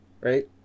right